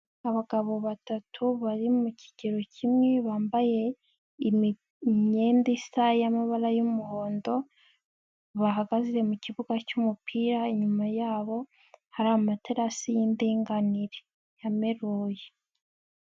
Abagabo batatu bari mu kigero kimwe bambaye imyenda isa y'amabara y'umuhondo bahagaze mu kibuga cy'umupira inyuma yabo hari amaterasi y'indinganire yameruye.